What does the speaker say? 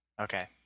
Okay